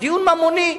דיון ממוני,